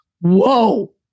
whoa